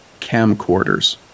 camcorders